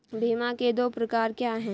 बीमा के दो प्रकार क्या हैं?